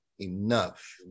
enough